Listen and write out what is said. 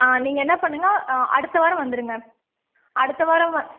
ஆ நீங்கள் என்ன பண்ணுங்கள் அடுத்த வாரம் வந்துருங்க அடுத்த வாரம் வ